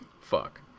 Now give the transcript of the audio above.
Fuck